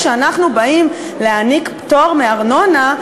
כשאנחנו באים להעניק פטור מארנונה,